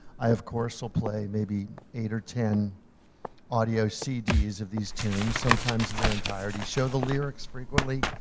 i, of course, will play maybe eight or ten audio cds of these tunes, sometimes in their entirety. show the lyrics frequently,